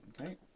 Okay